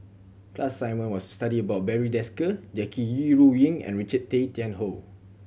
class assignment was to study about Barry Desker Jackie Yi Ru Ying and Richard Tay Tian Hoe